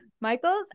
Michael's